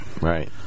Right